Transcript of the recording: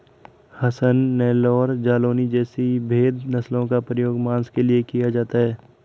हसन, नेल्लौर, जालौनी जैसी भेद नस्लों का प्रयोग मांस के लिए किया जाता है